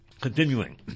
Continuing